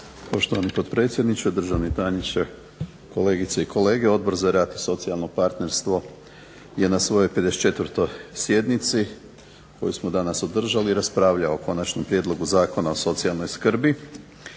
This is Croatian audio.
Poštovani potpredsjedniče, državni tajniče, kolegice i kolege. Odbor za rad i socijalno partnerstvo je na svojoj 54. sjednici koju smo danas održali raspravljao o Konačnom prijedlogu zakona o socijalnoj skrbi.